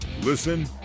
Listen